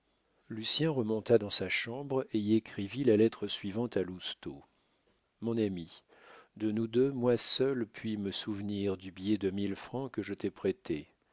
lucien remonta dans sa chambre et y écrivit la lettre suivante à lousteau mon ami de nous deux moi seul puis me souvenir du billet de mille francs que je t'ai prêté